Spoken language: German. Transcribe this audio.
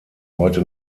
heute